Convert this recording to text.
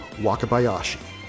Wakabayashi